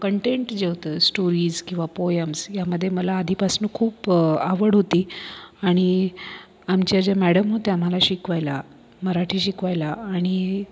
content जे होतं stories किंवा पोयम्स यामध्ये मला आधीपासून खूप आवड होती आणि आमच्या ज्या मॅडम होत्या मला शिकवायला मराठी शिकवायला आणि